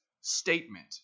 statement